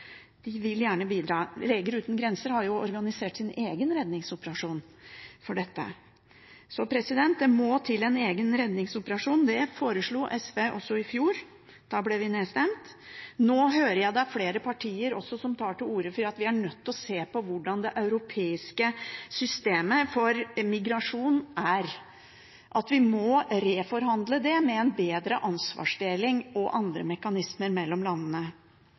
de vil gjerne bidra. Leger Uten Grenser har organisert sin egen redningsoperasjon for dette. Det må til en egen redningsoperasjon, og det foreslo SV også i fjor. Da ble vi nedstemt. Nå hører jeg at det er flere partier som tar til orde for at vi er nødt til å se på hvordan det europeiske systemet for migrasjon er, at vi må reforhandle det med en bedre ansvarsdeling og andre mekanismer mellom landene.